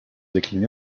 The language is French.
décliné